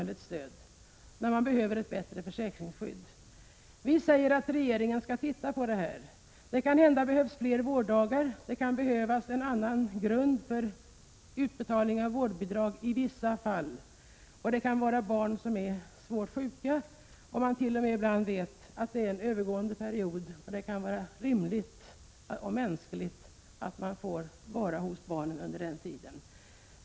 I dessa fall behöver föräldrarna ett bättre försäkringsskydd. Utskottet skriver att regeringen bör se över denna fråga. Det kanske behövs fler dagar med tillfällig föräldrapenning eller en annan grund för utbetalning av vårdbidrag. Det kan här gälla barn som är svårt sjuka, kanske under en övergående period. Det kan då vara rimligt och mänskligt att föräldrarna får möjlighet att vara hos barnen under den tiden.